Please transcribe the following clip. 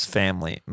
family